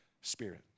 Spirit